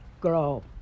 grow